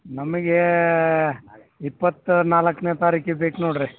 ನಮಗೆ ಇಪ್ಪತ್ತ ನಾಲ್ಕನೇ ತಾರಿಕಿಗೆ ಬೇಕು ನೋಡಿರಿ